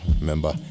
remember